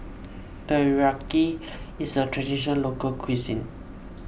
Teriyaki is a Traditional Local Cuisine